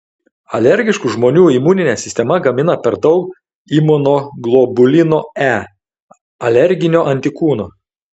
alergiškų žmonių imuninė sistema gamina per daug imunoglobulino e alerginio antikūno